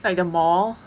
like the mall